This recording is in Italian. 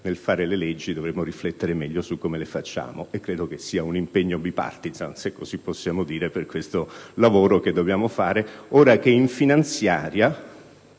nel fare le leggi, dovremmo riflettere meglio. Credo sia un impegno *bipartisan*, se così possiamo dire, per questo lavoro che dobbiamo fare ora che in finanziaria